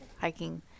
hiking